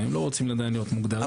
לא רוצים עדיין להיות מוגדרים.